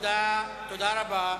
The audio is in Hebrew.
תודה רבה.